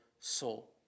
soul